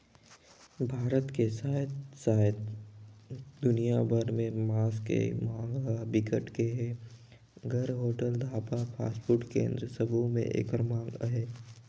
भारत कर साथे साथ दुनिया भर में मांस के मांग ह बिकट के हे, घर, होटल, ढाबा, फास्टफूड केन्द्र सबो में एकर मांग अहे